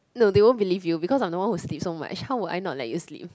no they won't believe you because I'm the one that sleep so much how would I not let you sleep